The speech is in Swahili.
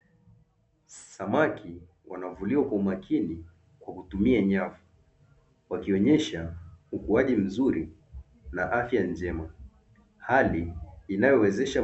Mtu alie chuchuma akiwa ameshika mazao aina ya mpapai katika. Eneo la wazi lilio zungukwa na miti likiashilia ni eneo linalotumika